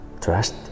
trust